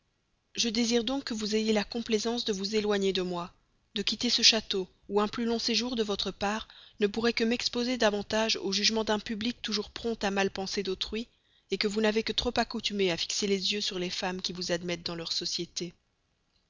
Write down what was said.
je désire donc que vous ayez la complaisance de vous éloigner de moi de quitter ce château où un plus long séjour de votre part ne pourrait que m'exposer davantage au jugement d'un public toujours prompt à mal penser d'autrui que vous n'avez que trop accoutumé à fixer les yeux sur les femmes qui vous admettent dans leur société